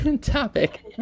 topic